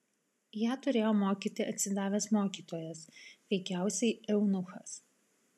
ją turėjo mokyti atsidavęs mokytojas veikiausiai eunuchas